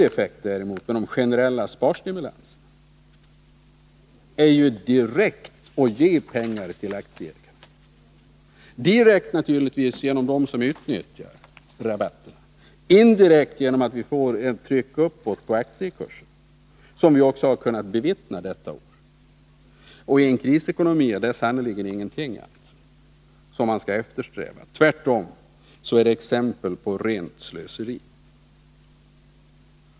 Effekten av era generella sparstimulanser är ju däremot att ni ger pengar till aktieägarna, direkt genom dem som utnyttjar rabatten och indirekt genom att vi får ett tryck uppåt på aktiekurserna, något som vi också kunnat bevittna detta år. I en krisekonomi är detta sannerligen ingenting som man skall eftersträva. Tvärtom är det ett exempel på rent slöseri.